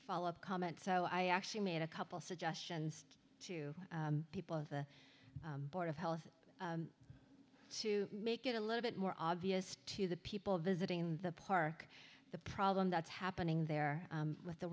follow up comment so i actually made a couple suggestions to people of the board of health to make it a little bit more obvious to the people visiting the park the problem that's happening there with the